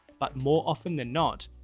but more often than not,